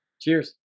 Cheers